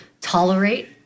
tolerate